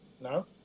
No